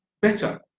better